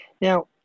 Now